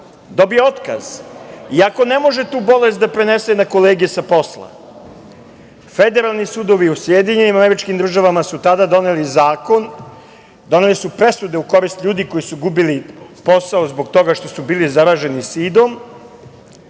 dobije otkaz, iako ne može tu bolest da prenese na kolege sa posla. Federalni sudovi u SAD su tada doneli zakon, doneli su presude u korist ljudi koji su gubili posao zbog toga što su bili zaraženi sidom,